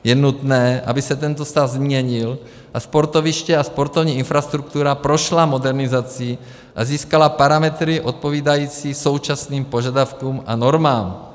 Je nutné, aby se tento stav změnil a sportoviště a sportovní infrastruktura prošly modernizací a získaly parametry odpovídající současným požadavkům a normám.